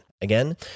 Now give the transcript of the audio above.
again